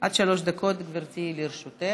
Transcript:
עד שלוש דקות, גברתי, לרשותך.